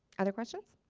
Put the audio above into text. other questions?